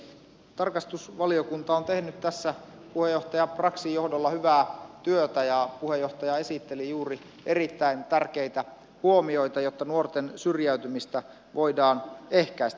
tarkastusvaliokunta on tehnyt tässä puheenjohtaja braxin johdolla hyvää työtä ja puheenjohtaja esitteli juuri erittäin tärkeitä huomioita siitä miten nuorten syrjäytymistä voidaan ehkäistä